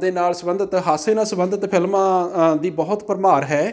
ਦੇ ਨਾਲ ਸੰਬੰਧਿਤ ਹਾਸੇ ਨਾਲ ਸੰਬੰਧਿਤ ਫਿਲਮਾਂ ਦੀ ਬਹੁਤ ਭਰਮਾਰ ਹੈ